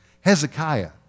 Hezekiah